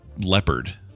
leopard